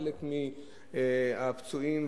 חלק מהפצועים,